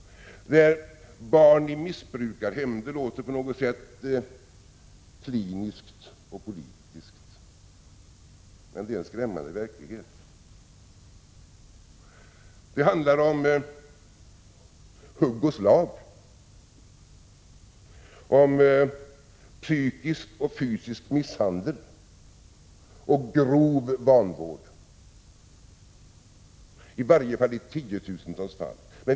Barn i missbrukarhem — det låter på något sätt kliniskt och politiskt, men det är en skrämmande verklighet — får utstå hugg och slag, psykisk och fyskisk misshandel och grov vanvård. Det gäller kanske tiotusentals fall.